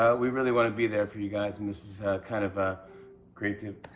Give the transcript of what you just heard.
ah we really want to be there for you guys, and this is kind of ah great to.